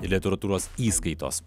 ir literatūros įskaitos